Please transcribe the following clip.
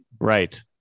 Right